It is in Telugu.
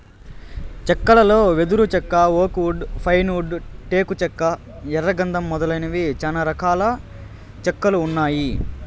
చెక్కలలో వెదురు చెక్క, ఓక్ వుడ్, పైన్ వుడ్, టేకు చెక్క, ఎర్ర గందం మొదలైనవి చానా రకాల చెక్కలు ఉన్నాయి